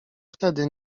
wtedy